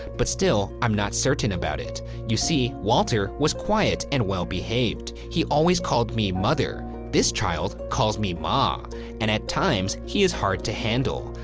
but still, i'm not certain about it. you see, walter was quiet and well-behaved, he always called me mother, this child calls me ma and at times he is hard to handle.